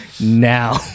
Now